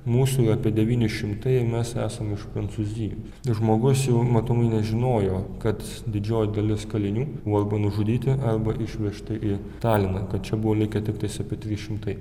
mūsų yra apie devyni šimtai mes esam iš prancūzijos žmogus jau matomai nežinojo kad didžioji dalis kalinių buvo arba nužudyti arba išvežti į taliną kad čia buvo likę tiktais apie tris šimtai